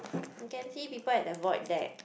you can see people at the void deck